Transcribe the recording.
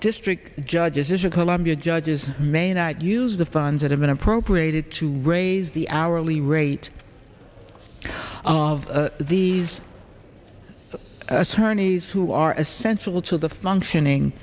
district judges or columbia judges may not use the fans that have been appropriated to raise the hourly rate of these attorneys who are essential to the functioning